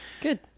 Good